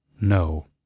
No